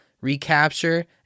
recapture